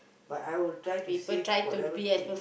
but I would try to save whatever thing